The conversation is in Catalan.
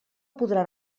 podrà